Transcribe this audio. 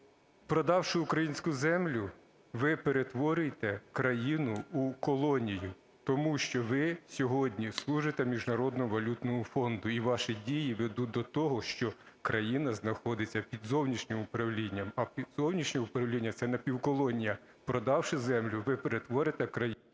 Продавши українську землю, ви перетворюєте країну у колонію, тому що ви сьогодні служите Міжнародному валютному фонду, і ваші дії ведуть до того, що країна знаходиться під зовнішнім управлінням, а під зовнішнім управлінням - це напівколонія. Продавши землю, ви перетворите країну…